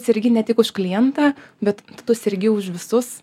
sergi ne tik už klientą bet tu sergi už visus